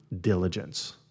diligence